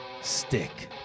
Stick